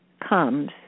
comes